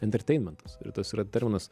entertainmentas ir tas yra terminas